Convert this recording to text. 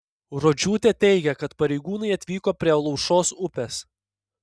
rodžiūtė teigia kad pareigūnai atvyko prie alaušos upės